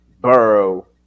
Burrow